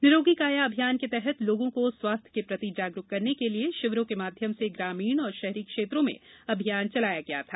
निरोगी काया अभियान के तहत लोगों को स्वास्थ्य के प्रति जागरुक करने के लिए शिविरों के माध्यम से ग्रामीण और शहरी क्षेत्रों में अभियान चलाया गया था